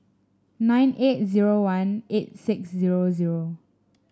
nine eight zero one eight six zero zero